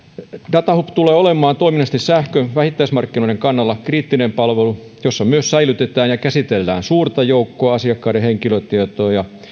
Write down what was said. datahub tulee olemaan toiminnallisesti sähkön vähittäismarkkinoiden kannalta kriittinen palvelu jossa myös säilytetään ja käsitellään suurta joukkoa asiakkaiden henkilötietoja